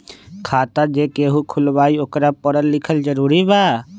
खाता जे केहु खुलवाई ओकरा परल लिखल जरूरी वा?